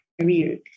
career